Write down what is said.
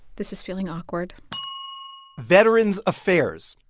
this is feeling awkward veterans affairs,